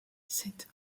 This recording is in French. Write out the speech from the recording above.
sept